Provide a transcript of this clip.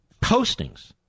postings